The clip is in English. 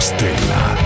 Stella